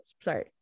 sorry